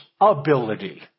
ability